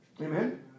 Amen